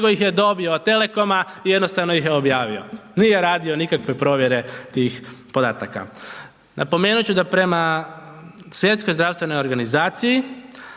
nego ih je dobio od Telekoma i jednostavno ih je objavio, nije radio nikakve provjere tih podataka. Napomenut ću da prema Svjetskoj zdravstvenoj organizaciji,